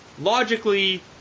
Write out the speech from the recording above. Logically